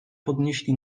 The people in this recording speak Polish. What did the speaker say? podnieśli